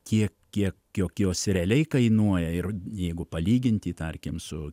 kiek kiek jog jos realiai kainuoja ir jeigu palyginti tarkim su